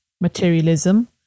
materialism